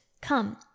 come